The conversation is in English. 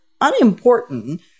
unimportant